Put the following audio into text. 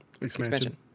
expansion